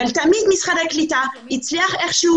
אבל תמיד משרד הקליטה הצליחה איכשהו